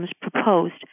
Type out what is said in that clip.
proposed